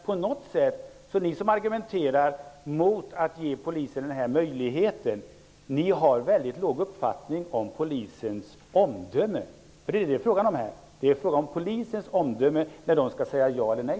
Jag tycker att ni som argumenterar mot att ge Polisen möjlighet att ställa det villkor som jag talat om har en väldigt låg uppfattning om Polisens omdöme, för det är vad det är fråga om här. Det är fråga om Polisens omdöme när den skall säga ja eller nej.